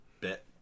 bit